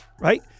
right